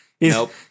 Nope